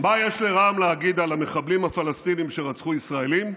מה יש לרע"מ להגיד על המחבלים הפלסטינים שרצחו ישראלים?